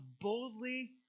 boldly